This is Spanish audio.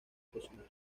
cocinar